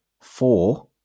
four